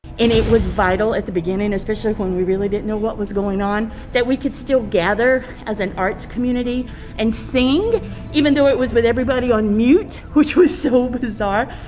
it was vital at the beginning especially when we really didn't know what was going on that we could still gather as an arts community and sing even though it was with everybody on mute, which was so bizarre,